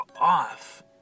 off